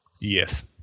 Yes